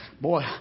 boy